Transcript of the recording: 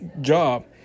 job